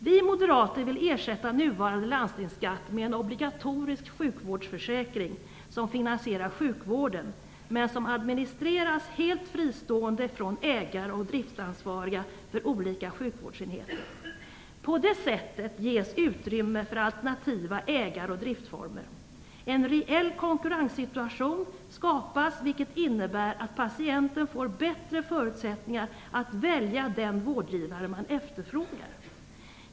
Vi moderater vill ersätta nuvarande landstingsskatt med en obligatorisk sjukvårdsförsäkring som finansierar sjukvården, men som administreras helt fristående från ägare och driftansvariga för olika sjukvårdsenheter. På det sättet ges utrymme för alternativa ägare och driftformer. En reell konkurrenssituation skapas, vilket innebär att patienten får bättre förutsättningar att välja den vårdgivare man efterfrågar.